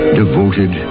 devoted